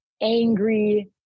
angry